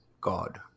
god